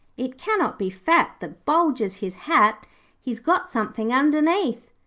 it cannot be fat that bulges his hat he's got something underneath.